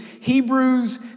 Hebrews